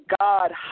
God